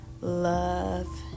love